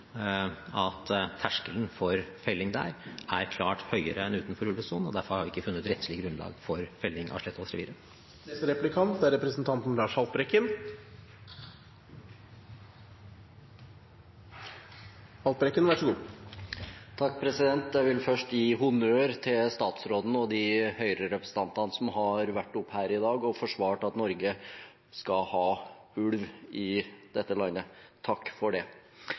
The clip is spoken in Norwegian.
at terskelen for felling der er klart høyere enn utenfor ulvesonen, vi ikke har funnet rettslig grunnlag for felling av Slettås-reviret. Jeg vil først gi honnør til statsråden og de Høyre-representantene som har vært her oppe i dag og forsvart at vi skal ha ulv i dette landet – takk for det.